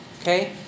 Okay